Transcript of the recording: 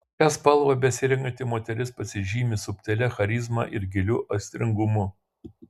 šią spalvą besirenkanti moteris pasižymi subtilia charizma ir giliu aistringumu